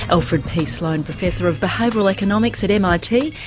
alfred p sloan professor of behavioural economics at mit,